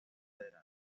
federal